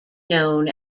known